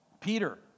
Peter